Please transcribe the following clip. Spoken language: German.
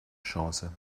chance